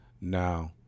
now